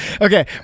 Okay